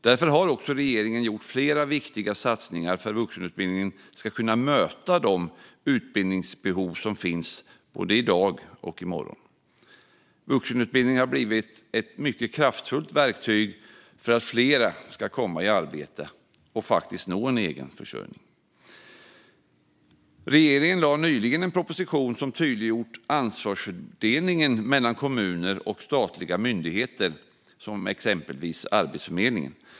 Därför har också regeringen gjort flera viktiga satsningar för att vuxenutbildningen ska kunna möta de utbildningsbehov som finns både i dag och i morgon. Vuxenutbildningen har blivit ett mycket kraftfullt verktyg för att fler ska komma i arbete och nå en egen försörjning. Regeringen lade nyligen fram en proposition som tydliggjorde ansvarsfördelningen mellan kommuner och statliga myndigheter, exempelvis Arbetsförmedlingen.